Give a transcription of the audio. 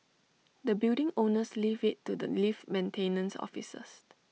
the building owners leave IT to the lift maintenance officers